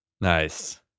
Nice